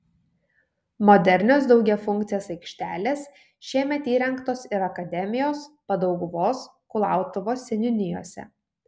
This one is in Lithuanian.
modernios daugiafunkcės aikštelės šiemet įrengtos ir akademijos padauguvos kulautuvos seniūnijose